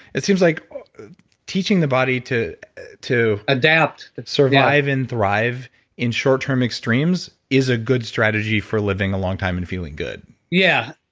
it seems like teaching the body to to adapt, survive and thrive in short term extremes, is a good strategy for living a long time and feeling good yeah.